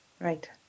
Right